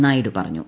നായിഡു പറഞ്ഞു